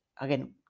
again